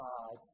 God